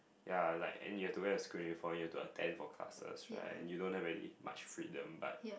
ya like and you have to wear your school uniform you have to attend for classes right you don't have really much freedom but